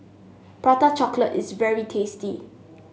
Prata Chocolate is very tasty